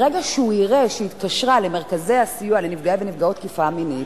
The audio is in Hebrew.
ברגע שהוא יראה שהיא התקשרה למרכזי הסיוע לנפגעי ונפגעות תקיפה מינית,